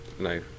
No